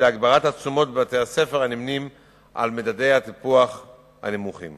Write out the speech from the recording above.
הגברת התשומות בבתי-הספר הנמנים עם מדדי הטיפוח הנמוכים.